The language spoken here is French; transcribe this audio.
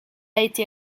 été